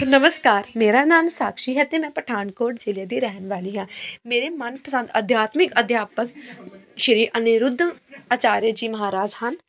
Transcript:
ਨਮਸਕਾਰ ਮੇਰਾ ਨਾਮ ਸਾਕਸ਼ੀ ਹੈ ਅਤੇ ਮੈਂ ਪਠਾਨਕੋਟ ਜ਼ਿਲ੍ਹੇ ਦੀ ਰਹਿਣ ਵਾਲੀ ਹਾਂ ਮੇਰੇ ਮਨਪਸੰਦ ਅਧਿਆਤਮਿਕ ਅਧਿਆਪਕ ਸ਼੍ਰੀ ਅਨੀਰੁਧ ਅਚਾਰਿਆ ਜੀ ਮਹਾਰਾਜ ਹਨ